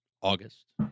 August